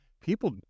people